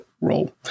role